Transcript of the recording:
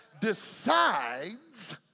decides